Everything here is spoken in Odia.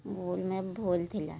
ଗୁଗୁଲ୍ ମ୍ୟାପ୍ ଭୁଲ୍ ଥିଲା